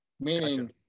meaning